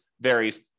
varies